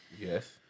Yes